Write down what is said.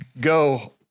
go